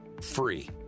free